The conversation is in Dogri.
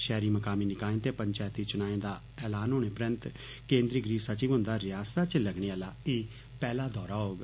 शैह्री मकामी निकाय ते पंचैती चुनाएं दा ऐलान होने परैंत केन्द्री गृह सचिव हुन्दा रियास्ता च लगने आह्ला एह् पैह्ला दौरा होग